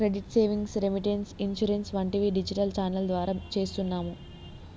credit savings, remittance, insurance వంటివి digital channel ద్వారా చేస్తున్నాము